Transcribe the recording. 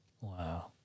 Wow